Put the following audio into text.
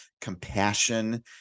compassion